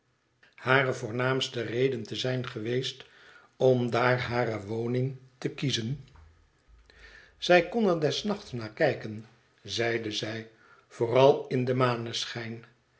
hare voornaamste reden te zijn geweest om daar hare woning te kiezen zij kon er des nachts naar kijken zeide zij vooral in den maneschijn